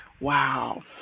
Wow